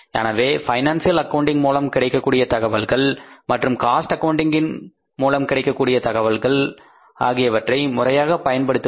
எனவே financial accounting மூலம் கிடைக்கக்கூடிய தகவல்கள் மற்றும் காஸ்ட் ஆக்கவுண்டிங் மூலம் கிடைக்கக்கூடிய தகவல்கள் ஆகியவற்றை எவ்வாறு முறையாக பயன்படுத்துவது